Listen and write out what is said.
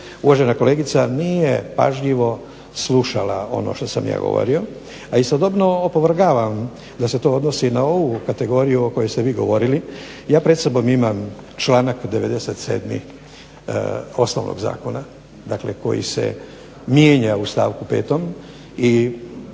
uvažena kolegica nije pažljivo slušala ono što sam ja govorio, a istodobno opovrgavam da se to odnosi na ovu kategoriju o kojoj ste vi govorili. Ja pred sobom imam članak 97. osnovnog zakona dakle koji se mijenja u stavku 5.